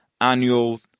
annual